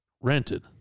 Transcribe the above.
Rented